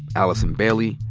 allison bailey,